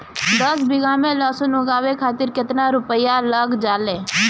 दस बीघा में लहसुन उगावे खातिर केतना रुपया लग जाले?